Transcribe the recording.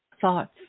thoughts